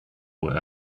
were